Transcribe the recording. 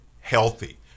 healthy